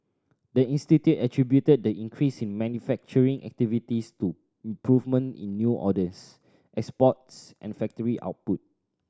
the institute attributed the increase in manufacturing activities to improvement in new orders exports and factory output